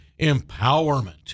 empowerment